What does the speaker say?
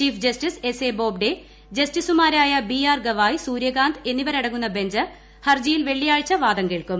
chief justice S A Bobde ജസ്റ്റിസമാരായ B R Gavai Suryakant എന്നിവരടങ്ങുന്ന bench ഹർജിയിൽ വെള്ളിയാഴ്ച വാദം കേൾക്കും